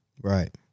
Right